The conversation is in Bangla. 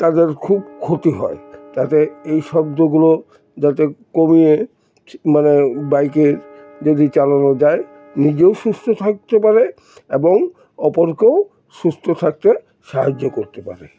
তাদের খুব ক্ষতি হয় তাতে এই শব্দগুলো যাতে কমিয়ে মানে বাইকের যদি চালানো যায় নিজেও সুস্থ থাকতে পারে এবং অপরকেও সুস্থ থাকতে সাহায্য করতে পারে